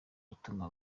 gutuma